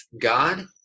God